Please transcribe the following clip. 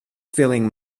feeling